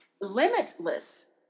limitless